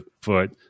foot